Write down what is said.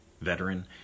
veteran